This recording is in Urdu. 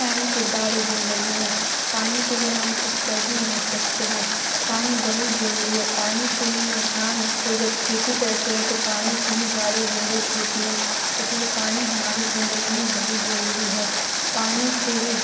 اہم کردار ہے زندگی میں پانی کے بنا ہم کچھ کر ہی نہیں سکتے ہیں پانی بہت ضروری ہے پانی سے ہی انسان کو جب کھیتی کرتے ہیں تو پانی کی ہی زیادہ ضرورت ہوتی ہے اس لیے پانی ہماری زندگی میں بہت ضروری ہے پانی سے ہی